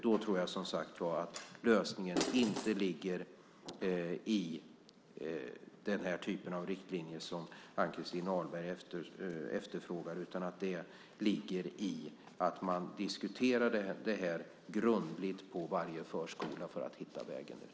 Då tror jag, som sagt var, att lösningen inte ligger i den här typen av riktlinjer som Ann-Christin Ahlberg efterfrågar utan att den ligger i att man diskuterar detta grundligt på varje förskola för att hitta rätt väg.